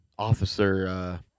Officer